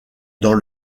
dans